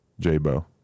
J-Bo